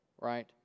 Right